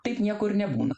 taip nieko ir nebūna